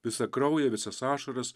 visą kraują visas ašaras